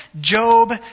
Job